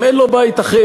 אם אין לו בית אחר,